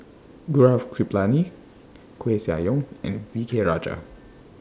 Gaurav Kripalani Koeh Sia Yong and V K Rajah